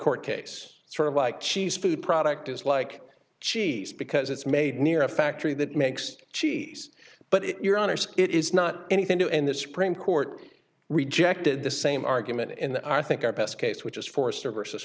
court case sort of like cheese food product is like cheese because it's made near a factory that makes cheese but if you're honest it is not anything to and the supreme court rejected the same argument in the i think our best case which is forced or versus